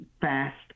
fast